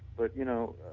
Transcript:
but you know,